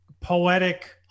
poetic